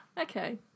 okay